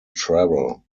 travel